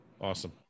Awesome